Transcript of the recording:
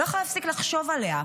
לא יכולה להפסיק לחשוב עליה,